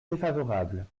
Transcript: défavorable